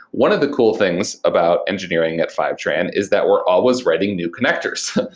one of the cool things about engineering at fivetran is that we're always writing new connectors.